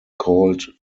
called